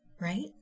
right